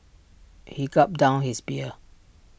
he gulped down his beer